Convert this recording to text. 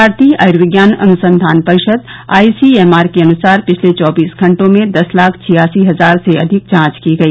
भारतीय आयूर्विज्ञान अनुसंधान परिषद आईसीएमआर के अनुसार पिछले चौबीस घटों में दस लाख छियालिस हजार से अधिक जांच की गई